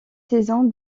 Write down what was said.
saison